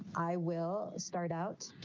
i will start out